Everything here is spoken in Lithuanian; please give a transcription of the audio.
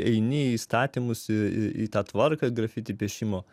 eini į įstatymus į į į tą tvarką grafiti piešimo